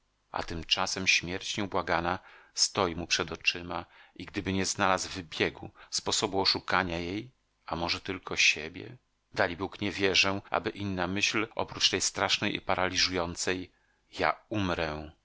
a tymczasem śmierć nieubłagana stoi mu przed oczyma i gdyby nie znalazł wybiegu sposobu oszukania jej a może tylko siebie dalibóg nie wierzę aby inna myśl oprócz tej strasznej i paraliżującej ja umrę